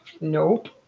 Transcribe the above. Nope